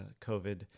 COVID